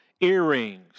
Earrings